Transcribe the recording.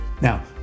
Now